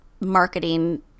marketing